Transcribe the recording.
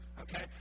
okay